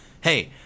Hey